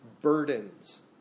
burdens